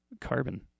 carbon